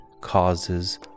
causes